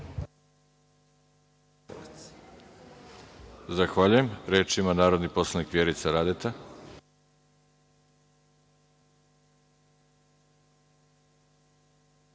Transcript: Zahvaljujem. Reč ima narodni poslanik Vjerica Radeta.